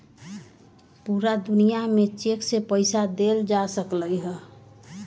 पूरा दुनिया में चेक से पईसा देल जा सकलई ह